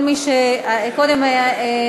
קודם כול,